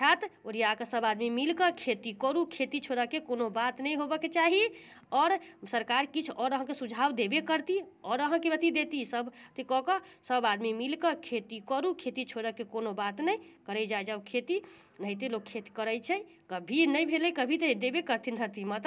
हैत ओरियाकऽ सभ आदमी मिलकऽ खेती करू खेती छोड़ऽ के कोनो बात नहि होबाक चाही आओर सरकार किछु आओर अहाँके सुझाव देबे करती आओर अहाँके अथी देती सभ अथी कऽ कऽ सभ आदमी मिलिकऽ खेती करू खेती छोड़ऽके कोनो बात नहि करै जाइ जँ खेती एनाहिते लोक खेत करै छै कभी नहि भेलै कभी तऽ देबे करथिन धरती माता